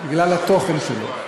בגלל התוכן שלו.